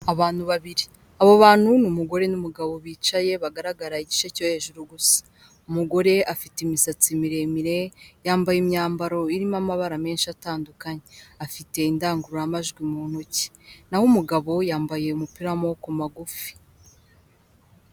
Abantu babiri abo bantu nI umugore n'umugabo bicaye bagaragara igice cyo hejuru gusa, umugore afite imisatsi miremire yambaye imyambaro irimo amabara menshi atandukanye, afite indangururamajwi mu ntoki, naho umugabo yambaye umupira w'amaboko magufi.